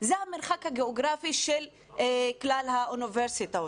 זה המרחק הגיאוגרפי של כלל האוניברסיטאות.